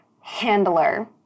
handler